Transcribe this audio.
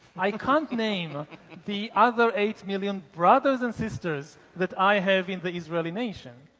i can't name the other eight million brothers and sisters that i have in the israeli nation.